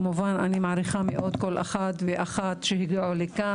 אני מעריכה מאוד כל אחד ואחת שהגיעו לכאן.